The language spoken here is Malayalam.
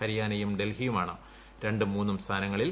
ഹരിയാനയും ഡൽഹിയുമാണ് രണ്ടും മൂന്നും സ്ഥാനങ്ങളിൽ